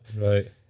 right